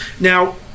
Now